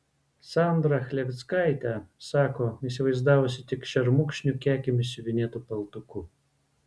sandrą chlevickaitę sako įsivaizdavusi tik šermukšnių kekėmis siuvinėtu paltuku